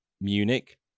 Munich